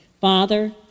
Father